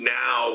now